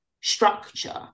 structure